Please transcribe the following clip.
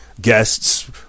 guests